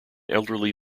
elderly